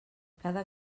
cada